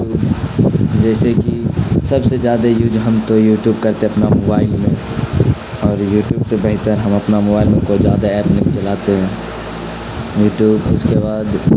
YouTube جیسے کہ سب سے زیادہ یوز ہم تو یوٹیوب کرتے اپنا موبائل میں اور یوٹیوب سے بہتر ہم اپنا موبائل میں کوئی زیادہ ایپ نہیں چلاتے ہیں یوٹیوب اس کے بعد